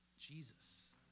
Jesus